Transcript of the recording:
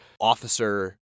officer